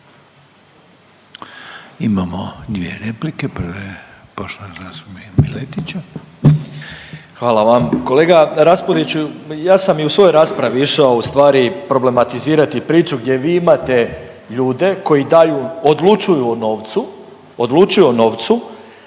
**Miletić, Marin (MOST)** Hvala vam. Kolega Raspudiću, ja sam i u svojoj raspravi išao u stvari problematizirati priču gdje vi imate ljude koji daju, odlučuju o novcu, odlučuju o novcu,